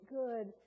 good